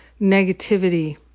negativity